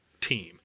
team